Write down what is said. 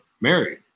married